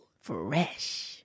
Fresh